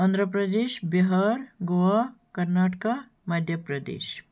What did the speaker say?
Andhra Pradesh Bihar Goa Karnataka Madhya Pradesh